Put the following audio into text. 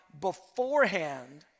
beforehand